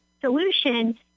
solution